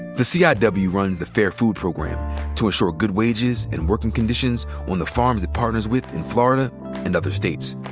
the ciw yeah and but runs the fair food program to ensure good wages and working conditions on the farms it partners with in florida and other states.